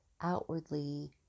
outwardly